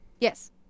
Yes